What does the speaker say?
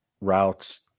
routes